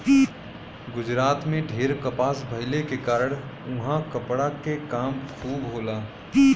गुजरात में ढेर कपास भइले के कारण उहाँ कपड़ा के काम खूब होला